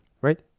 Right